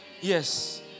Yes